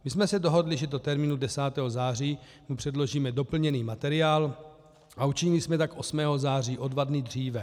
My jsme se dohodli, že do termínu 10. září předložíme doplněný materiál, a učinili jsme tak 8. září, o dva dny dříve.